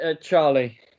Charlie